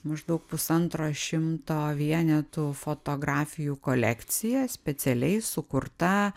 maždaug pusantro šimto vienetų fotografijų kolekcija specialiai sukurta